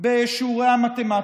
בשיעורי המתמטיקה,